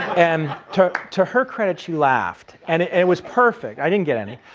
and to to her credit she laughed and it was perfect, i didn't get any.